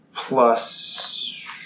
Plus